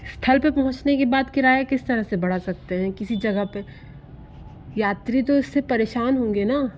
स्थल पर पहुँचने के बाद किराया किस तरह से बढ़ा सकते हैं किसी जगह पर यात्री तो उससे परेशान होंगे ना